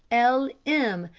l m,